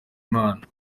imana